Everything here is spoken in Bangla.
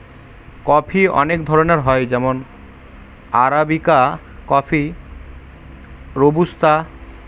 কফি অনেক ধরনের হয় যেমন আরাবিকা কফি, রোবুস্তা